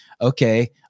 okay